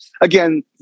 Again